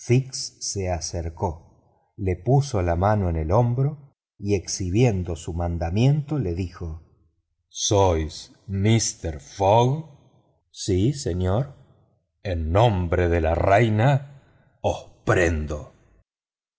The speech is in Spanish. se acercó le puso la mano en el hombro y exhibiendo su mandamiento le dijo sois mister fogg sí señor en nombre de la reina os prendo